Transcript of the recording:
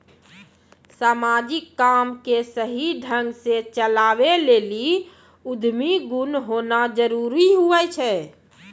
समाजिक काम के सही ढंग से चलावै लेली उद्यमी गुण होना जरूरी हुवै छै